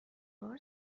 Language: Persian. بار